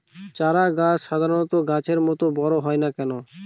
চারা গাছ সাধারণ গাছের মত বড় হয় না কেনো?